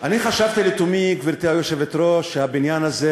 אני חשבתי לתומי, גברתי היושבת-ראש, שהבניין הזה